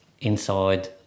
inside